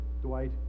Dwight